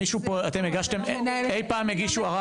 מישהו פה אי פעם הגישו ערער?